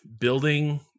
building